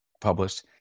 published